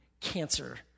cancer